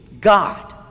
God